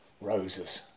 Roses